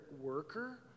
worker